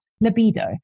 libido